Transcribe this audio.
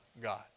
God